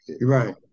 Right